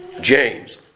James